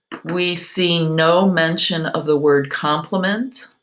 we see no mention of the word complement,